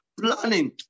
planning